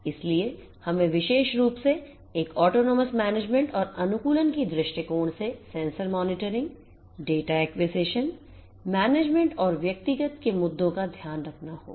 इसलिए हमें विशेष रूप से एक Autonomous management और अनुकूलन के दृष्टिकोण से sensor Monitoring data Acquisition Management और व्यक्तिगत के मुद्दों का ध्यान रखना होगा